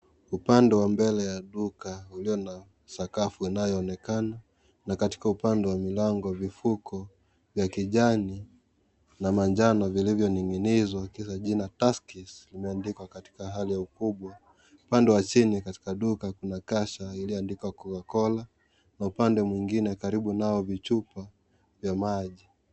Upande wa mbele ya duka ulio na sakafu inayoonekana na katika mlango vifuko vya kijani na manjano vilivyo ning'inizwa na kila jina Tuskys limeandikwa katika hali ya ukubwa upande wa chini katika duka kuna casha iliyoandikwa Coca-cola na upande mwingine karibu nao vichupa vya maji.